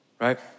right